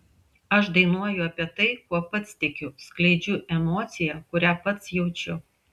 aš dainuoju apie tai kuo pats tikiu skleidžiu emociją kurią pats jaučiu